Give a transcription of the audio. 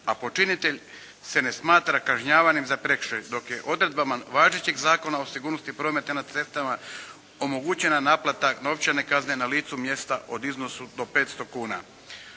a počinitelj se ne smatra kažnjavanim za prekršaj dok je odredbama važećeg Zakona o sigurnosti prometa na cestama omogućena naplata novčane kazne na licu mjesta u iznosu do 500 kuna.